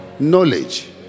Knowledge